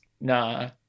Nah